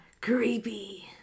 Creepy